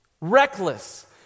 reckless